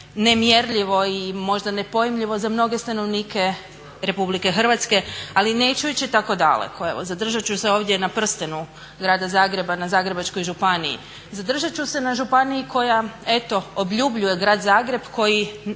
nemjerljivo je možda nepojmljivo za mnoge stanovnike Republike Hrvatske ali neću ići tako daleko. Evo zadržati ću se ovdje na prstenu grada Zagreba, na Zagrebačkoj županiji. Zadržati ću se na županiji koja eto objubljuje grad Zagreb koji